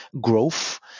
growth